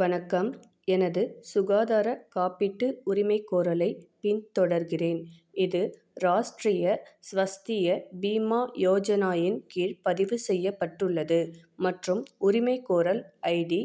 வணக்கம் எனது சுகாதாரக் காப்பீட்டு உரிமைக்கோரலை பின்தொடர்கிறேன் இது ராஷ்ட்ரிய ஸ்வஸ்திய பீமா யோஜனாவின் கீழ் பதிவு செய்யப்பட்டுள்ளது மற்றும் உரிமைக்கோரல் ஐடி